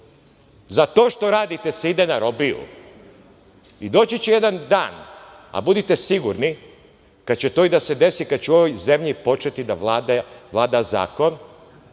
Za to što radite se ide na robiju i doći će jedan dan, a budite sigurni kad će to i da se desi, kada će u ovoj zemlji početi da vlada zakon,